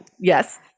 Yes